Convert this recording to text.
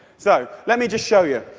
so, let me just show you.